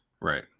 Right